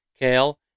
kale